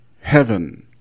heaven